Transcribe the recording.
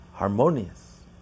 Harmonious